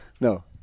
No